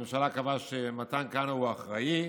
הממשלה קבעה שמתן כהנא הוא האחראי,